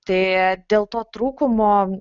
tai dėl to trūkumo